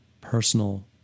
personal